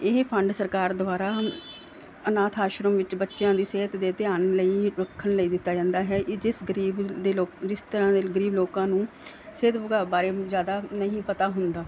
ਇਹ ਫੰਡ ਸਰਕਾਰ ਦੁਆਰਾ ਅਨਾਥ ਆਸ਼ਰਮ ਵਿੱਚ ਬੱਚਿਆਂ ਦੀ ਸਿਹਤ ਦੇ ਧਿਆਨ ਲਈ ਰੱਖਣ ਲਈ ਦਿੱਤਾ ਜਾਂਦਾ ਹੈ ਜਿਸ ਗਰੀਬ ਦੇ ਲੋ ਜਿਸ ਤਰਾਂ ਦੇ ਗਰੀਬ ਲੋਕਾਂ ਨੂੰ ਸਿਹਤ ਬਾਰੇ ਜਿਆਦਾ ਨਹੀਂ ਪਤਾ ਹੁੰਦਾ